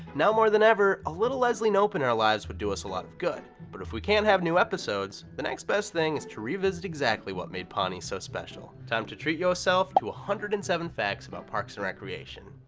now more than ever, a little leslie knope in our lives would do us a lot of good. but if we can't have new episodes, the next best thing is to revisit exactly what made pawnee so special. time to to treat yourself to one ah hundred and seven facts about parks and recreation.